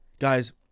Guys